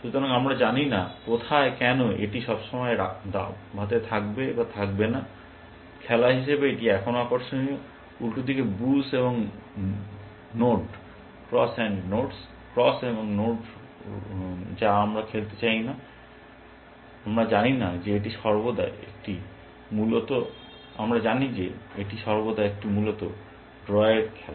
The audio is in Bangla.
সুতরাং আমরা জানি না কোথায় কেন এটি সবসময় দাবাতে থাকবে বা থাকবে না খেলা হিসেবে এটি এখনও আকর্ষণীয় উল্টোদিকে ক্রস এবং নোড যা আমরা খেলতে চাই না কারণ আমরা জানি যে এটি সর্বদা একটি মূলত ড্র এর খেলা